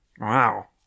Wow